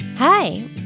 Hi